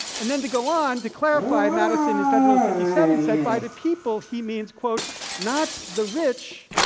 and then to go on, to clarify, madison in federals fifty seven said, by the people he means, not the rich,